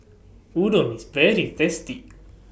Udon IS very tasty